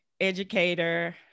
educator